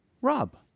Rob